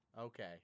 Okay